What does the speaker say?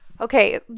Okay